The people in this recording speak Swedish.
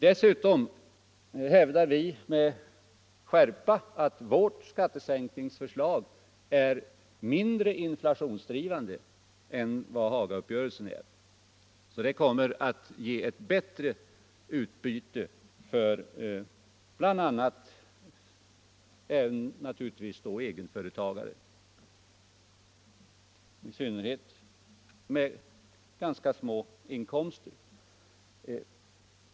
Dessutom hävdar vi med skärpa att vårt skattesänkningsförslag är mindre inflationsdrivande än Hagauppgörelsen är och kommer att ge ett bättre utbyte för bl.a. egenföretagare — i synnerhet för dem med tämligen små inkomster.